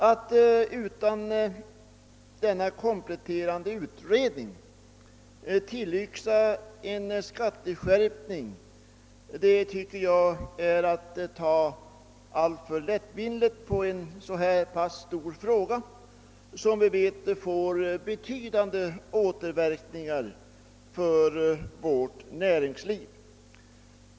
Att utan denna kompletterande utredning yxa till en skatteskärpning tycker jag är att ta alltför lättvindigt på en så stor fråga, som vi vet får betydande återverkningar på vårt näringsliv.